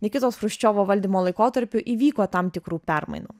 nikitos chruščiovo valdymo laikotarpiu įvyko tam tikrų permainų